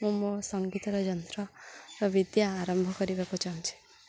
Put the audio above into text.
ମୁଁ ମୋ ସଙ୍ଗୀତର ଯନ୍ତ୍ରର ବିଦ୍ୟା ଆରମ୍ଭ କରିବାକୁ ଚାହୁଁଛି